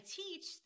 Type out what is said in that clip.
teach